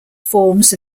forms